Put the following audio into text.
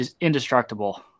indestructible